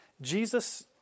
Jesus